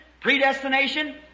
predestination